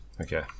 Okay